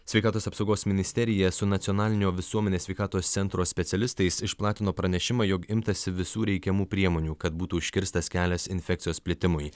sveikatos apsaugos ministerija su nacionalinio visuomenės sveikatos centro specialistais išplatino pranešimą jog imtasi visų reikiamų priemonių kad būtų užkirstas kelias infekcijos plitimui